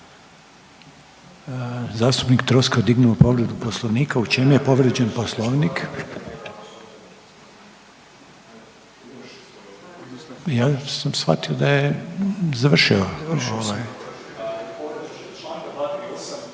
Zastupnik Troskot dignuo povredu Poslovnika? U čemu je povrijeđen Poslovnik? Ja sam shvatio da je završio